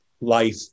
life